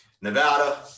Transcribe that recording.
Nevada